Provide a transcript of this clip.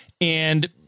and-